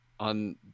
on